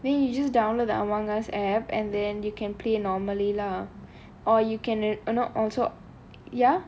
then you just download the among us application and then you can play normally lah or you can uh or not also ya